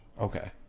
Okay